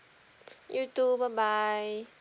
you too bye bye